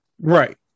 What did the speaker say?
Right